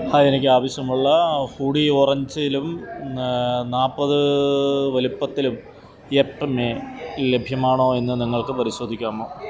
hi എനിക്ക് ആവശ്യമുള്ള hoodie ഓറഞ്ചിലും നാൽപ്പത് വലിപ്പത്തിലും യെപ്പ് മേ ലഭ്യമാണോയെന്ന് നിങ്ങൾക്ക് പരിശോധിക്കാമോ